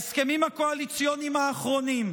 ההסכמים הקואליציוניים האחרונים,